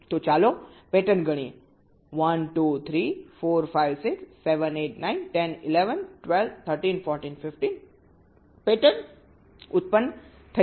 તો ચાલો પેટર્ન ગણીએ 1 2 3 4 5 6 7 8 9 10 11 12 13 14 15 પેટર્ન પેદા થઈ છે